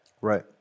Right